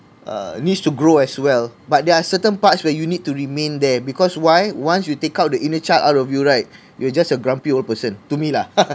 uh needs to grow as well but there are certain parts where you need to remain there because why once you take out the inner child out of you right you are just a grumpy old person to me lah